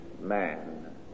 man